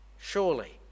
Surely